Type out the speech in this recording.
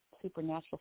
supernatural